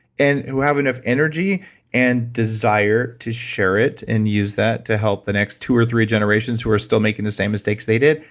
and who have enough energy and desire to share it and use that to help the next two or three generations who are still making the same mistakes they did.